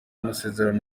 amasezerano